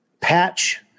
patch